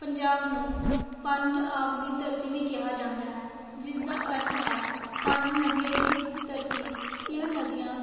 ਪੰਜਾਬ ਨੂੰ ਪੰਜ ਆਬ ਦੀ ਧਰਤੀ ਵੀ ਕਿਹਾ ਜਾਂਦਾ ਹੈ ਜਿਸ ਦਾ ਅਰਥ ਹੈ ਪੰਜ ਨਦੀਆਂ ਦੀ ਧਰਤੀ ਇਹ ਨਦੀਆਂ